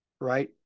right